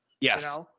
Yes